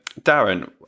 Darren